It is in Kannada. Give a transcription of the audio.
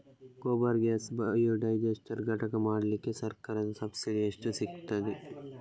ಗೋಬರ್ ಗ್ಯಾಸ್ ಬಯೋಡೈಜಸ್ಟರ್ ಘಟಕ ಮಾಡ್ಲಿಕ್ಕೆ ಸರ್ಕಾರದ ಸಬ್ಸಿಡಿ ಎಷ್ಟು ಸಿಕ್ತಾದೆ?